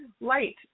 Light